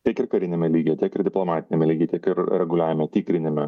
tiek ir kariniame lygyje tiek ir diplomatiniame lygy tiek ir reguliavimo tikrinime